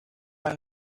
and